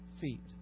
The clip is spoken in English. feet